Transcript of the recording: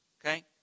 Okay